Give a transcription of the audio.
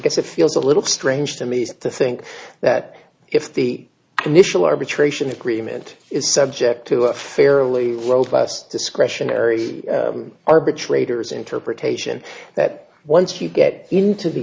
it feels a little strange to me to think that if the initial arbitration agreement is subject to a fairly robust discretionary arbitrators interpretation that once you get into the